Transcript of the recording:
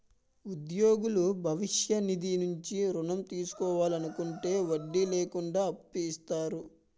ఉద్యోగులు భవిష్య నిధి నుంచి ఋణం తీసుకోవాలనుకుంటే వడ్డీ లేకుండా అప్పు ఇస్తారు